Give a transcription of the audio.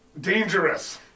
dangerous